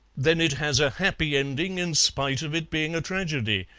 then it has a happy ending, in spite of it being a tragedy?